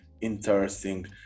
interesting